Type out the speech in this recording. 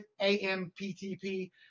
AMPTP